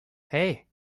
hey